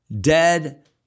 Dead